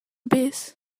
abyss